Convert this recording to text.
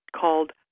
called